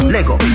Lego